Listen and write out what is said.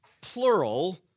plural